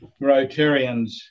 Rotarians